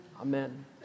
amen